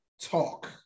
talk